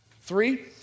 Three